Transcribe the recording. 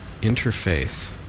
Interface